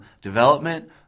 development